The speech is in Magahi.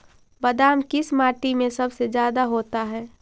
बादाम किस माटी में सबसे ज्यादा होता है?